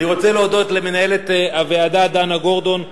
אני רוצה להודות למנהלת הוועדה דנה גורדון,